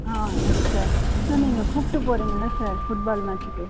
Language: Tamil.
ஆ எஸ் சார் சார் நீங்கள் கூப்பிட்டு போகிறீங்கல்ல சார் ஃபுட்பால் மேட்ச்சுக்கு